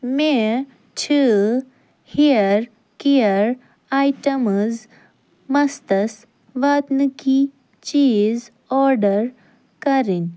مےٚ چھِ hair care items مستَس واتنٕکی چیٖز آرڈر کَرٕنۍ